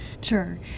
Sure